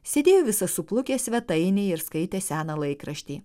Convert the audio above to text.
sėdėjo visas suplukęs svetainėje ir skaitė seną laikraštį